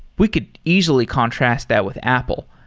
we could easily contrast that with apple.